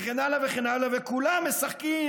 וכן הלאה וכן הלאה, וכולם משחקים